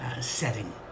setting